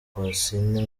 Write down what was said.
rwasine